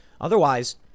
Otherwise